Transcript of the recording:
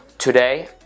Today